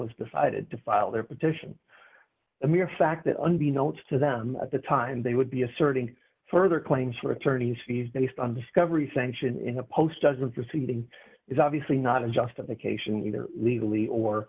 was decided to file their petition the mere fact that unbeknown to them at the time they would be asserting further claims for attorney's fees based on discovery sanction in the post doesn't proceeding is obviously not a justification either legally or